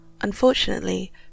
Unfortunately